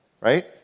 Right